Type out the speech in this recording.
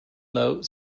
note